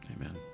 Amen